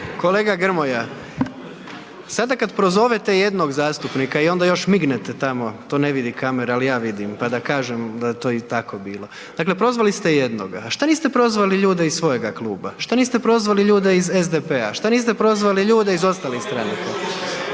Kolega Grmoja, sada kada prozovete jednog zastupnika i onda još mignete tamo, to ne vidi kamera, ali ja vidim pa da kažem da je to tako bilo. Dakle, prozvali ste jednoga, a šta niste prozvali ljude iz svojega kluba, šta niste prozvali ljude iz SDP-a, šta niste prozvali ljude iz ostalih stranaka?